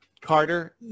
carter